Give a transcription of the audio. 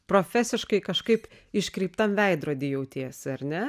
profesiškai kažkaip iškreiptam veidrody jautiesi ar ne